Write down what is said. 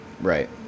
right